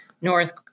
north